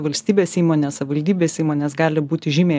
valstybės įmonės savivaldybės įmonės gali būti žymiai